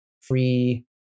free